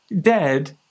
Dead